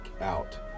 out